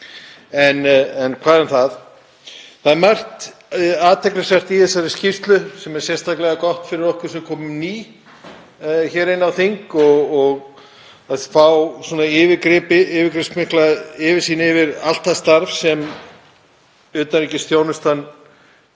En hvað um það. Það er margt athyglisvert í þessari skýrslu sem er sérstaklega gott fyrir okkur sem komum ný inn á þing að fá yfirgripsmikla yfirsýn yfir allt það starf sem utanríkisþjónustan